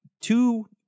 two